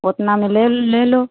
उतना में लेल ले लो